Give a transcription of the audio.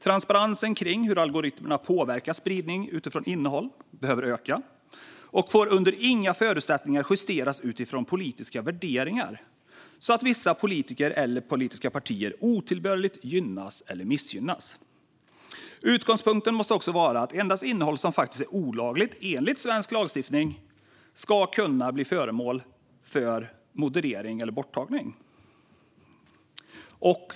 Transparensen kring hur algoritmerna påverkar spridning utifrån innehåll behöver öka. De får under inga förutsättningar justeras utifrån politiska värderingar så att vissa politiker eller politiska partier otillbörligt gynnas eller missgynnas. Utgångspunkten måste också vara att endast innehåll som är olagligt enligt svensk lagstiftning ska kunna bli föremål för moderering eller borttagning.